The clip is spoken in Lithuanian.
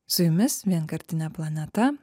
su jumis vienkartinė planeta